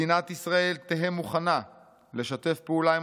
מדינת ישראל תהא מוכנה לשתף פעולה עם